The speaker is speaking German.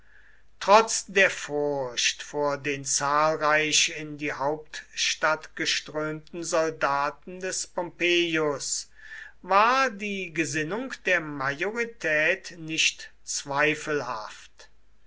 trotz der furcht vor den zahlreich in die hauptstadt geströmten soldaten des pompeius war die gesinnung der majorität nicht zweifelhaft